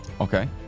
Okay